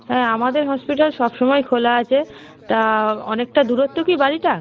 হ্যাঁ আমাদের হসপিটাল সবসময় খোলা আছে তা অনেকটা দূরত্ব কি বাড়িটা